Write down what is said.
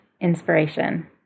inspiration